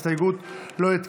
אני קובע כי ההסתייגות לא התקבלה.